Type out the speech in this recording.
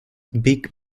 big